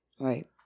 right